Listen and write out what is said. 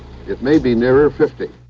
it may be nearer fifty.